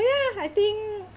ya I think